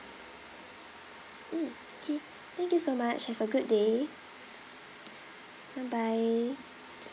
mm okay thank you so much have a good day bye bye